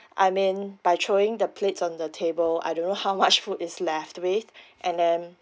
I mean by throwing the plates on the table I don't know how much food is left with and then